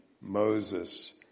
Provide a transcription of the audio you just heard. Moses